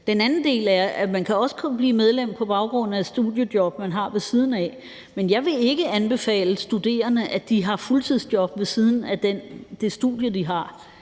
Det andet er, at man også kun kan blive medlem på baggrund af studiejob, man har ved siden af. Men jeg vil ikke anbefale studerende, at de har fuldtidsjob ved siden af det studie, de har